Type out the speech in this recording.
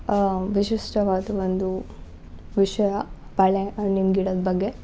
ವಿಶಿಷ್ಟವಾದ ಒಂದು ವಿಷಯ ಬಾಳೆಹಣ್ಣಿನ್ ಗಿಡದ ಬಗ್ಗೆ